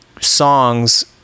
songs